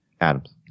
Adams